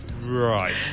Right